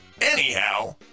anyhow